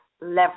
leverage